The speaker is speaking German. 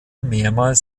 mehrmals